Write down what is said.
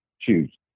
Choose